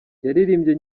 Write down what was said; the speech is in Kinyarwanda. yaririmbye